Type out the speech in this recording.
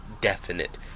definite